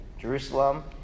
Jerusalem